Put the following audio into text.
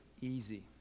easy